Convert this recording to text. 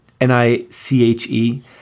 N-I-C-H-E